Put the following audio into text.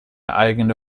eigene